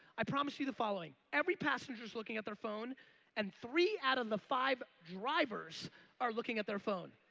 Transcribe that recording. i promise you the following every passenger is looking at their phone and three out of the five drivers are looking at their phone.